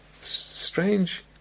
Strange